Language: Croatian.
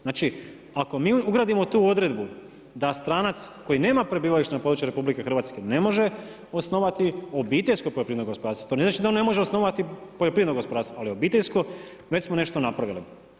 Znači ako mi ugradimo tu odredbu da stranac koji nema prebivalište na području RH ne može osnovati obiteljsko poljoprivredno gospodarstvo, to ne znači da on ne može osnovati poljoprivredno gospodarstvo, ali obiteljsko već smo nešto napravili.